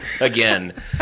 again